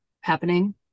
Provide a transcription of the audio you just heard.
happening